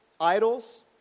idols